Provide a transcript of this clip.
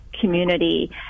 community